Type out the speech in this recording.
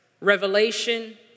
revelation